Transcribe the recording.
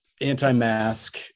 anti-mask